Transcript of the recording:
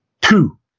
Two